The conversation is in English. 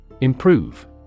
Improve